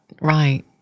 right